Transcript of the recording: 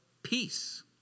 Peace